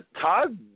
Todd